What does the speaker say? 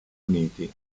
uniti